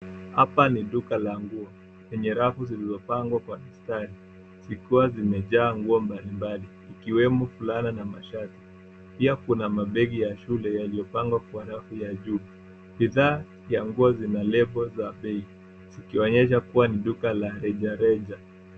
Hapa ni duka la nguo, lenye rafu zilizopangwa kwa mistari, zikiwa zimejaa nguo mbalimbali, ikiwemo fulana na mashati, pia kuna mabegi ya shule yaliyopangwa kwa rafu ya juu. Bidhaa ya nguo zina lebo za bei, zikionyesha kuwa ni duka la rejareja.